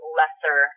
lesser